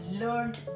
learned